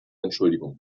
entschuldigung